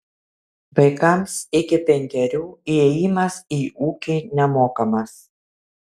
vaikams iki penkerių įėjimas į ūkį nemokamas